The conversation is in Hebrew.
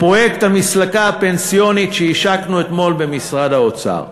לפרויקט המסלקה הפנסיונית שהשקנו אתמול במשרד האוצר.